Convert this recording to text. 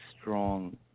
strong